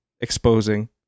exposing